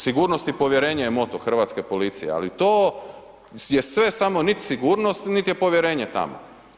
Sigurnost i povjerenje“ je moto hrvatske policije ali to je sve samo nit sigurnost niti povjerenje tamo.